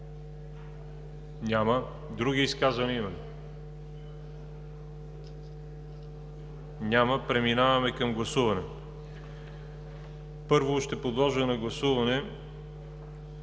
Няма. Други изказвания има ли? Няма. Преминаваме към гласуване. Първо подлагам на гласуване